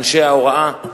אנשי ההוראה,